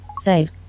save